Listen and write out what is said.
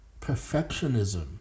Perfectionism